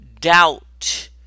doubt